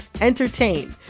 entertain